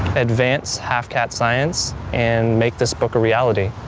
advance half cat science and make this book a reality.